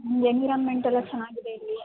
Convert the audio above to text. ಎನ್ವಿರಾನ್ಮೆಂಟೆಲ್ಲ ಚೆನ್ನಾಗಿದೆ ಇಲ್ಲಿ